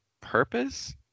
purpose